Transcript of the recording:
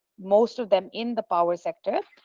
most of them in the power sector,